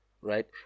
Right